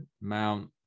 mount